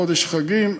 חודש חגים,